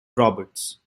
roberts